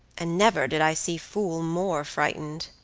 and never did i see fool more frightened.